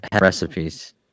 recipes